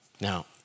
Now